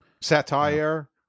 satire